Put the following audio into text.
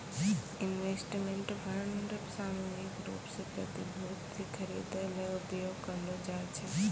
investment fund सामूहिक रूप सें प्रतिभूति खरिदै ल उपयोग करलो जाय छै